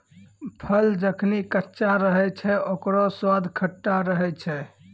फल जखनि कच्चा रहै छै, ओकरौ स्वाद खट्टा रहै छै